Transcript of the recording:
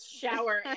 shower